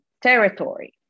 territory